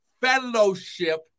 fellowship